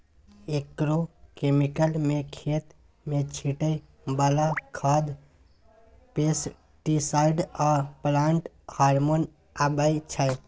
agrochemicals मे खेत मे छीटय बला खाद, पेस्टीसाइड आ प्लांट हार्मोन अबै छै